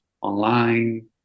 online